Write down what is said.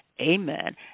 amen